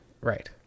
Right